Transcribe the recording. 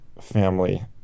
family